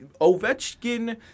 Ovechkin